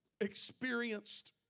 experienced